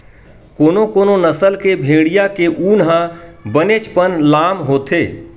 कोनो कोनो नसल के भेड़िया के ऊन ह बनेचपन लाम होथे